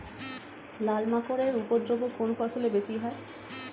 লাল মাকড় এর উপদ্রব কোন ফসলে বেশি হয়?